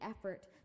effort